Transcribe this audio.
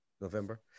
November